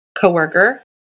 coworker